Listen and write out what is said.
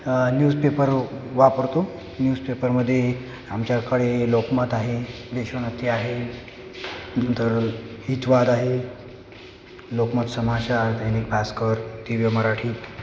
newspaper वापरतो न्यूजपेपरमध्ये आमच्याकडे लोकमत आहे देशोन्नती आहे नंतर हितवाद आहे लोकमत समाचार दैनिक भास्कर दिव्य मराठी